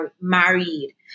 married